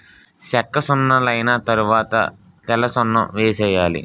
సెక్కసున్నలైన తరవాత తెల్లసున్నం వేసేయాలి